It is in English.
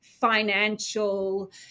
financial